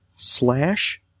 slash